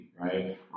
right